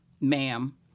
Ma'am